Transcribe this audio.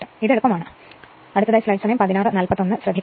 ഇത് എളുപ്പമാണ് കുറച്ച സമവാക്യം മനസ്സിൽ വെക്കേണ്ടതുണ്ട്